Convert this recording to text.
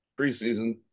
Preseason